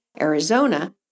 Arizona